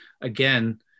again